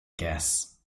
guess